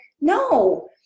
no